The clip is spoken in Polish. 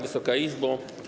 Wysoka Izbo!